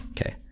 Okay